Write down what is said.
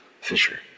Fisher